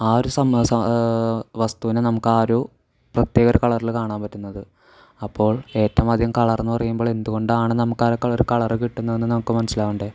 ആ ഒരു സംമ വസ്തുവിനെ നമുക്കാ ഒരു പ്രത്യേക ഒരു കളറിൽ കാണാൻ പറ്റുന്നത് അപ്പോൾ ഏറ്റവും അധികം കളർ എന്ന് പറയുമ്പോൾ എന്തുകൊണ്ടാണ് നമുക്ക് ആ ഒരു കളർ കളർ കിട്ടുന്നതെന്ന് നമുക്ക് മനസ്സിലാവേണ്ടേ